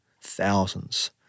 thousands